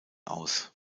aus